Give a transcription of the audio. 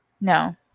no